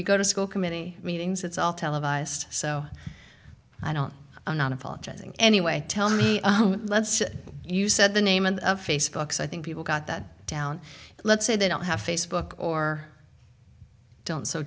you go to school committee meetings it's all televised so i don't i'm not apologizing anyway tell me you said the name and of facebook's i think people got that down let's say they don't have facebook or i don't so